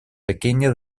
pequeña